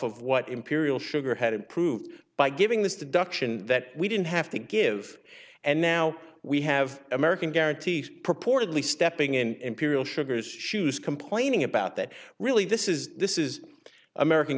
of what imperial sugar had improved by giving this deduction that we didn't have to give and now we have american guarantees purportedly stepping in sugars shoes complaining about that really this is this is american